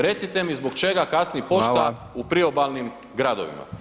Recite mi zbog čega kasni pošta [[Upadica: Hvala]] u priobalnim gradovima?